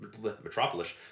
Metropolis